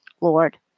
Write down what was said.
Lord